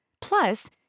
Plus